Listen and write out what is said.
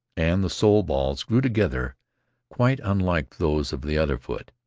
and the sole-balls grew together quite unlike those of the other foot.